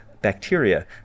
bacteria